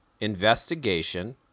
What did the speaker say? Investigation